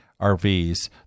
RVs